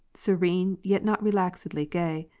serene, yet not relaxedly gay,